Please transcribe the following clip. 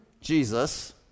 Jesus